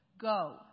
Go